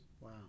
Wow